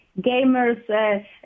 gamers